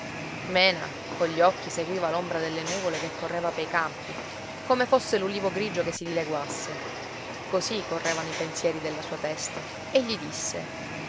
alfio mena cogli occhi seguiva l'ombra delle nuvole che correva per i campi come fosse l'ulivo grigio che si dileguasse così correvano i pensieri della sua testa e gli disse